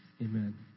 Amen